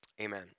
amen